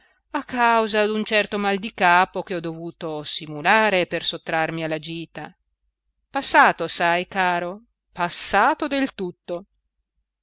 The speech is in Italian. a causa a causa d'un certo mal di capo che ho dovuto simulare per sottrarmi alla gita passato sai caro passato del tutto